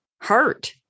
hurt